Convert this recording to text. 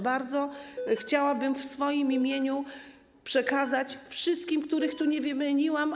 Bardzo chciałabym w swoim imieniu przekazać wszystkim, których tu nie wymieniłam.